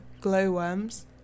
glowworms